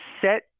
set